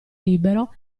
libero